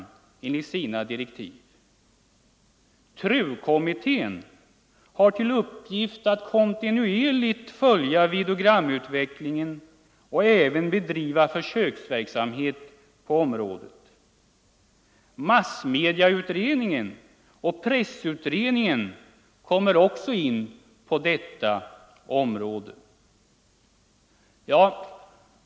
Även TRU-kommittén har till uppgift att kontinuerligt följa videogramutvecklingen och även bedriva försöksverksamhet på området. Massmediautredningen och pressutredningen kommer också in på dessa område.